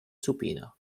supina